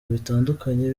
bitandukanye